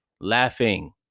laughing